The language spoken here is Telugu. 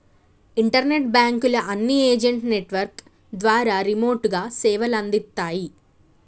ఇంటర్నెట్ బాంకుల అన్ని ఏజెంట్ నెట్వర్క్ ద్వారా రిమోట్ గా సేవలందిత్తాయి